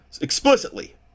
explicitly